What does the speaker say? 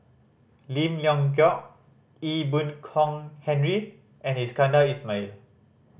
Lim Leong Geok Ee Boon Kong Henry and Iskandar Ismail